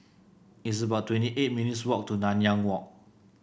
it's about twenty eight minutes' walk to Nanyang Walk